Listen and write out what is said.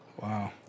Wow